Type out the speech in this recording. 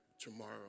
tomorrow